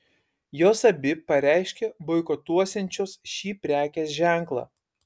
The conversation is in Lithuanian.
jos abi pareiškė boikotuosiančios šį prekės ženklą